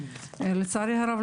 לצערי הרב,